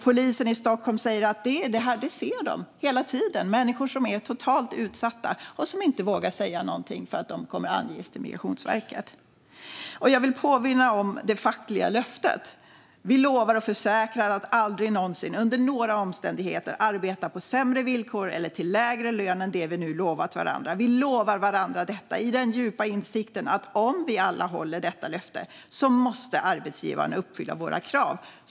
Polisen i Stockholm säger att de ser detta hela tiden. Det handlar om människor som är totalt utsatta och som inte vågar säga något för att de då kommer att anges till Migrationsverket. Jag vill påminna om det fackliga löftet. "Vi lovar och försäkrar att aldrig någonsin, under några omständigheter, arbeta på sämre villkor eller till lägre lön än det vi nu lovat varandra. Vi lovar varandra detta i den djupa insikten om att om vi alla håller detta löfte så måste arbetsgivaren uppfylla våra krav."